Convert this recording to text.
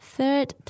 Third